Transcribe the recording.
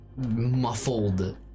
muffled